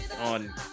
on